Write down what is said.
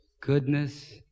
Goodness